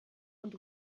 und